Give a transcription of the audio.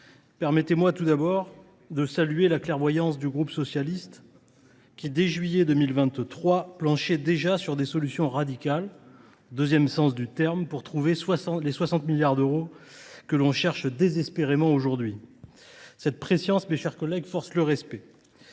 permettez moi tout d’abord de saluer la clairvoyance du groupe Socialiste, Écologiste et Républicain, qui, dès juillet 2023, planchait déjà sur des solutions radicales – au second sens du terme !– pour trouver les 60 milliards d’euros que l’on cherche désespérément aujourd’hui. Cette prescience, mes chers collègues, force le respect.